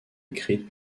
écrites